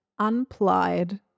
unplied